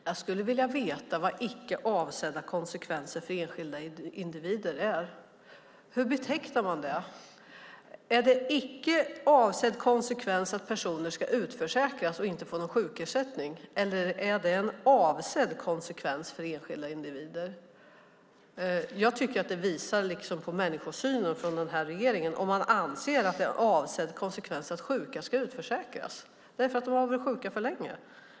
Jag skulle vilja veta vad icke avsedda konsekvenser för enskilda individer är. Hur betecknar man det? Är det en icke avsedd konsekvens att personer ska utförsäkras och inte få någon sjukersättning, eller är det en avsedd konsekvens för enskilda individer? Jag tycker att det visar på människosynen från regeringen om man anser att det är en avsedd konsekvens att sjuka ska utförsäkras därför att de har varit sjuka för länge.